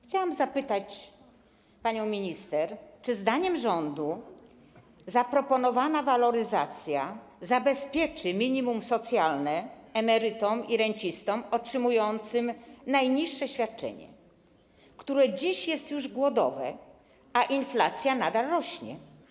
Chciałam zapytać panią minister, czy zdaniem rządu zaproponowana waloryzacja zabezpieczy minimum socjalne emerytom i rencistom otrzymującym najniższe świadczenie, które już dziś jest głodowe, a inflacja nadal rośnie.